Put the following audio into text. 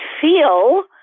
feel